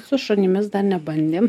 su šunimis dar nebandėm